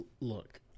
look